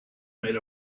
made